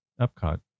Epcot